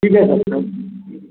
ठीक है भाई थैंक यू